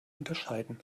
unterscheiden